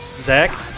Zach